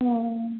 ஆ ஆ